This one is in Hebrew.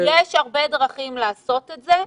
יש הרבה דרכים לעשות את זה,